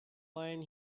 when